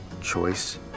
choice